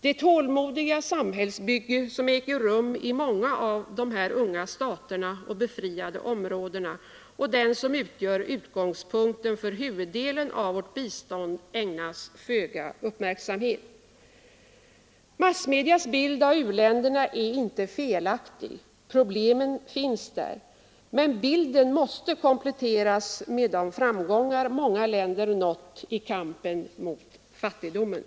Det tålmodiga samhälls bygge som äger rum i många av dessa unga stater och befriade områden «Nr 65 och som utgör utgångspunkten för huvuddelen av vårt bistånd ägnas föga Onsdagen den Massmedias bild av u-länderna är inte felaktig. Problemen finns där. ———— Men bilden måste kompletteras med de framgångar många länder nått i Internationellt kampen mot fattigdomen.